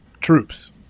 troops